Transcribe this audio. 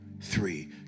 three